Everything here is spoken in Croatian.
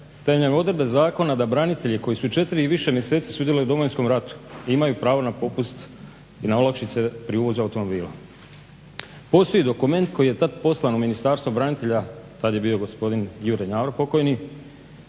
temeljem odredbe zakona da branitelji koji su 4 i više mjeseci sudjelovali u Domovinskom ratu imaju pravo na popust i na olakšice pri uvozu automobila. Postoji dokument koji je tad poslan u Ministarstvo branitelja, tad je bio gospodin Jure Njavro pokojni,